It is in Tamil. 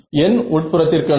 n உட்புறத்திற்கானது